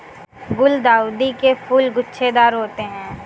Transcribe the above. गुलदाउदी के फूल गुच्छेदार होते हैं